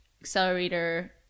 accelerator